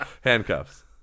Handcuffs